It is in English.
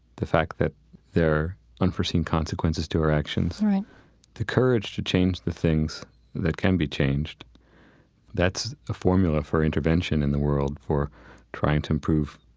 the fact that there are unforeseen consequences to our actions right the courage to change the things that can be changed that's a formula for intervention in the world for trying to improve